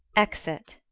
exit